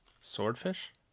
Swordfish